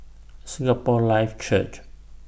Singapore Life Church